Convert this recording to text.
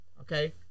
Okay